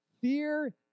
Fear